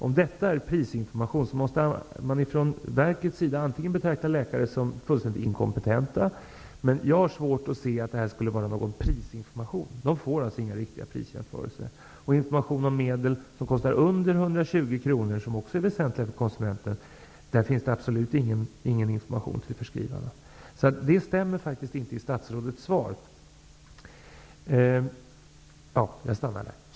Om detta är prisinformation måste man från verkets sida betrakta läkare som fullständigt inkompetenta. Jag har svårt att se att det här skulle vara fråga om en prisinformation. Läkarna får alltså inte några riktiga prisjämförelser. När det gäller medel som kostar mindre än 120 kr och som också är väsentliga för konsumenten finns det absolut ingen information till förskrivarna. Det som sägs i statsrådets svar i det avseendet stämmer faktiskt inte.